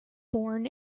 born